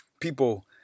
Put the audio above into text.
people